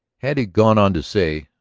had he gone on to say,